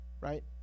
right